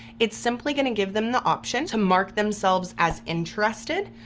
it's simply gonna give them the option to mark themselves as interested,